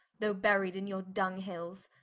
though buryed in your dunghills,